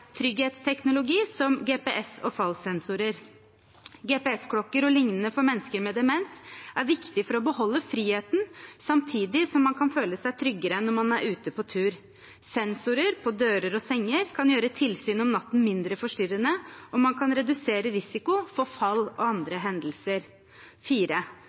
Trygghetsteknologi som GPS og fallsensorer: GPS-klokker o.l. for mennesker med demens er viktig for å beholde friheten, samtidig som man kan føle seg tryggere når man er ute på tur. Sensorer på dører og senger kan gjøre tilsyn om natten mindre forstyrrende, og man kan redusere risikoen for fall og